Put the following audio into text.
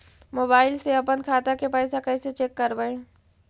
Mobile से अपन खाता के पैसा कैसे चेक करबई?